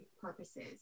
purposes